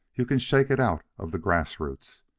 you can shake it out of the grassroots.